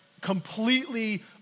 completely